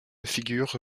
figure